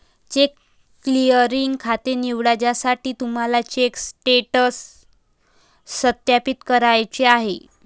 check clearing खाते निवडा ज्यासाठी तुम्हाला चेक स्टेटस सत्यापित करायचे आहे